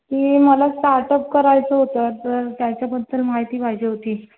ते मला स्टार्टप करायचं होतं तर त्याच्याबद्दल माहिती पाहिजे होती